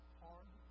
hard